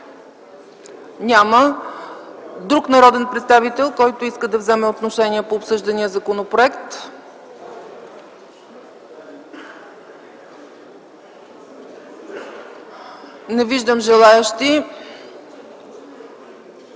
Няма. Друг народен представител, който желае да вземе отношение по обсъждания законопроект? Не виждам желаещи.